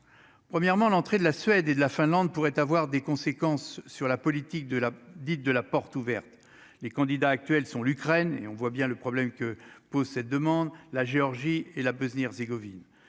premièrement, l'entrée de la Suède et de la Finlande pourrait avoir des conséquences sur la politique de la dite de la porte ouverte, les candidats actuels sont l'Ukraine et on voit bien le problème que pose cette demande, la Géorgie et la Bosnie-Herzégovine